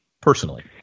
personally